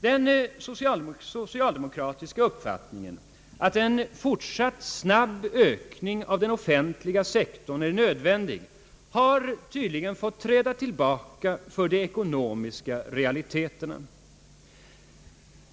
Den socialdemokratiska uppfattningen att en fortsatt snabb ökning av den offentliga sektorn är nödvändig har tydligen fått träda tillbaka för de ekonomiska realiteterna.